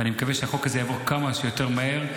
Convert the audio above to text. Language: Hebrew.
ושהחוק הזה יעבור כמה שיותר מהר,